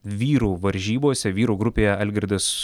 vyrų varžybose vyrų grupėje algirdas